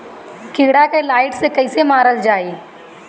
कीड़ा के लाइट से कैसे मारल जाई?